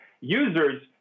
Users